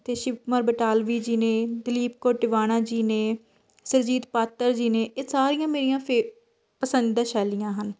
ਅਤੇ ਸ਼ਿਵ ਕੁਮਾਰ ਬਟਾਲਵੀ ਜੀ ਨੇ ਦਲੀਪ ਕੌਰ ਟਿਵਾਣਾ ਜੀ ਨੇ ਸੁਰਜੀਤ ਪਾਤਰ ਜੀ ਨੇ ਇਹ ਸਾਰੀਆਂ ਮੇਰੀਆਂ ਫੇਵ ਪਸੰਦੀਦਾ ਸ਼ੈਲੀਆਂ ਹਨ